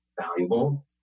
valuable